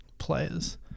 players